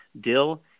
dill